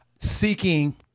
seeking